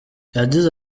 yagize